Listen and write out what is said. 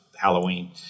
Halloween